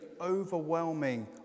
overwhelming